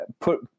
put